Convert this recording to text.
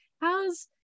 how's